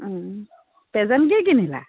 present কি কিনিলা